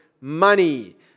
money